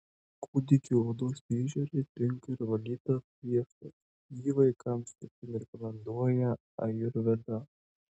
kūdikių odos priežiūrai tinka ir valytas sviestas jį vaikams itin rekomenduoja ajurveda